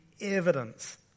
evidence